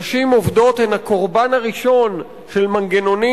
נשים עובדות הן הקורבן הראשון של מנגנונים